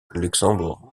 luxembourg